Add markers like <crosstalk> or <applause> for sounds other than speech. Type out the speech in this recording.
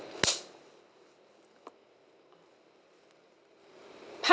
<noise>